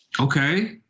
okay